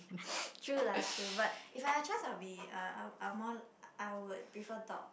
true lah true but if I had a chance I'll be a I'll I'll more I would prefer dog